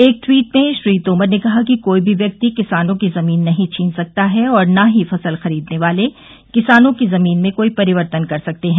एक ट्वीट में श्री तोमर ने कहा कि कोई भी व्यक्ति किसानों की जमीन नहीं छीन सकता है और ना ही फसल खरीदने वाले किसानों की जमीन में कोई परिवर्तन कर सकते हैं